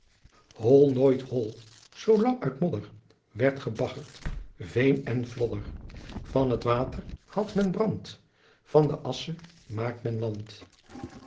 hol nooit hol zoo lang uit modder werd gebaggerd veen en flodder van het water haalt men brand van de assche maakt men land